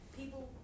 people